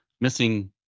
missing